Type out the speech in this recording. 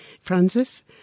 Francis